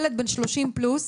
ילד בן 30 פלוס,